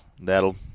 That'll